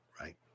Right